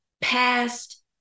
past